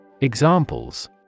Examples